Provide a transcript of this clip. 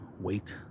wait